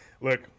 Look